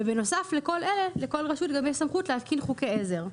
ובנוסף לכל אלה לכל רשות גם יש סמכות להתקין חוקי עזר,